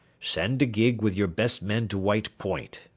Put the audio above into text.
send a gig with your best men to white point,